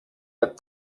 are